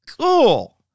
Cool